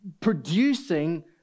producing